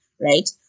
right